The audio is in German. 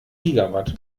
gigawatt